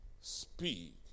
speak